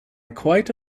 quite